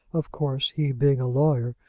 of course, he, being a lawyer,